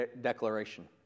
declaration